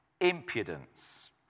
impudence